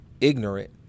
ignorant